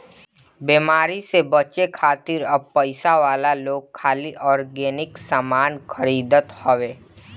बेमारी से बचे खातिर अब पइसा वाला लोग खाली ऑर्गेनिक सामान खरीदत हवे